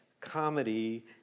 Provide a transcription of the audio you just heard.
comedy